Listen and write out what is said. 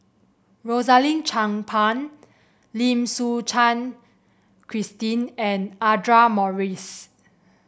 Rosaline Chan Pang Lim Suchen Christine and Audra Morrice